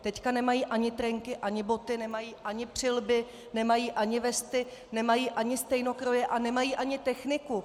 Teď nemají ani trenky, ani boty, nemají ani přílby, nemají ani vesty, nemají ani stejnokroje a nemají ani techniku.